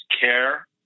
care